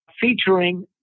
featuring